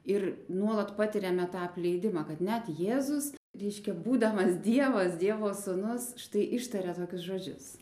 ir nuolat patiriame tą apleidimą kad net jėzus reiškia būdamas dievas dievo sūnus štai ištaria tokius žodžius